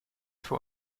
für